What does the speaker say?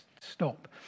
stop